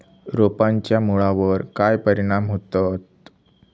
रोपांच्या मुळावर काय परिणाम होतत?